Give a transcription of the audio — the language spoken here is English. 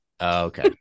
okay